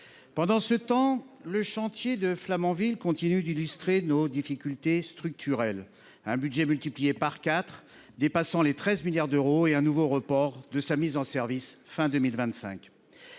Pendant ce temps, le chantier de Flamanville continue d’illustrer nos difficultés structurelles : un budget multiplié par quatre, dépassant les 13 milliards d’euros, et un nouveau report de sa mise en service à la